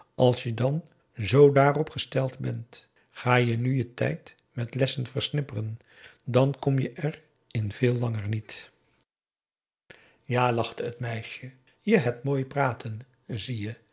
als je dan z daarop gesteld bent ga je nu je tijd met lessen versnipperen dan kom je er in veel langer niet p a daum hoe hij raad van indië werd onder ps maurits ja lachte het meisje je hebt mooi praten zie je